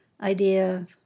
idea